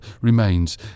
remains